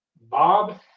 Bob